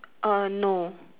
err no